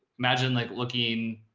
imagine like looking.